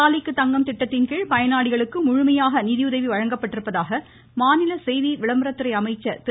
தாலிக்கு தங்கம் திட்டத்தின் கீழ் பயனாளிகளுக் முழுமையாக நிதியுதவி வழங்கப்பட்டிருப்பதாக மாநில செய்தி விளம்பரத்துறை அமைச்சர் திரு